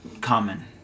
common